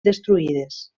destruïdes